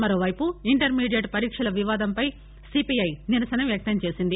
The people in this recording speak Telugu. మరోవైపు ఇంటర్మీడియట్ పరీక్షల వివాదంపై సిపిఐ నిరసన వ్యక్తం చేసింది